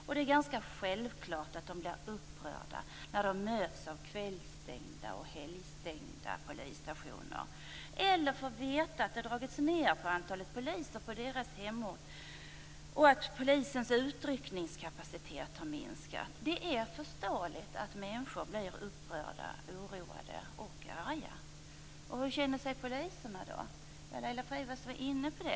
Och det är ganska självklart att de blir upprörda när de möts av kvällsstängda och helgstängda polisstationer eller när de får veta att det dragits ned på antalet poliser på deras hemort och att polisens utryckningskapacitet har minskat. Det är förståeligt att människor blir upprörda, oroade och arga. Och hur känner sig då poliserna? Laila Freivalds var inne på det.